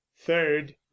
third